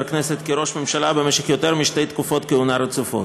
כנסת כראש הממשלה במשך יותר משתי תקופות כהונה רצופות.